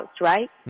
right